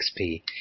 XP